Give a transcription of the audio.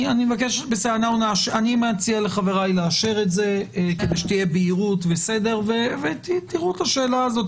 אני מציע לחבריי לאשר את זה כדי שיהיה בהירות וסדר ותראו את השאלה הזו,